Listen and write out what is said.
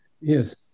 Yes